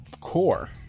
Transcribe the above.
core